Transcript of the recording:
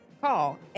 call